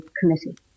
committee